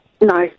No